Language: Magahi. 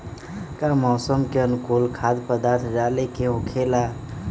का मौसम के अनुकूल खाद्य पदार्थ डाले के होखेला?